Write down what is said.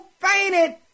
fainted